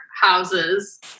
houses